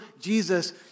Jesus